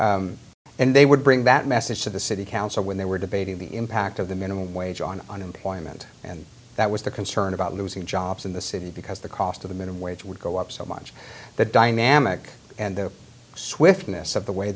and they would bring that message to the city council when they were debating the impact of the minimum wage on unemployment and that was the concern about losing jobs in the city because the cost of the minimum wage would go up so much that dynamic and the